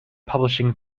publishing